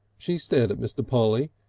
she stared at mr. polly,